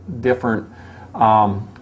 different